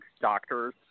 doctors